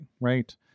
right